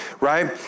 right